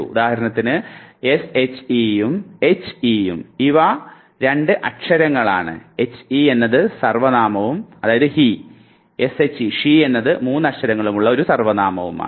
ഉദാഹരണത്തിന് s h e യും he യും ഇവ രണ്ട് അക്ഷരങ്ങളാണ് he എന്നത് സർവനാമവും s h e എന്നത് മൂന്ന് അക്ഷരങ്ങളുമാണ്